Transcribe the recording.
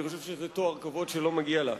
אני חושב שזה תואר כבוד שלא מגיע לה.